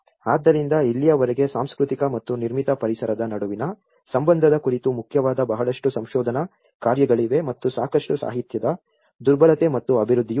ಆದ್ದರಿಂದ ಇಲ್ಲಿಯವರೆಗೆ ಸಾಂಸ್ಕೃತಿಕ ಮತ್ತು ನಿರ್ಮಿತ ಪರಿಸರದ ನಡುವಿನ ಸಂಬಂಧದ ಕುರಿತು ಮುಖ್ಯವಾದ ಬಹಳಷ್ಟು ಸಂಶೋಧನಾ ಕಾರ್ಯಗಳಿವೆ ಮತ್ತು ಸಾಕಷ್ಟು ಸಾಹಿತ್ಯದ ದುರ್ಬಲತೆ ಮತ್ತು ಅಭಿವೃದ್ಧಿಯೂ ಇದೆ